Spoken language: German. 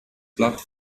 blatt